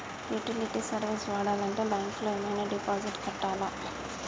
Utility service వాడాలంటే bank లో ఏమైనా డిపాజిట్ కట్టాలా?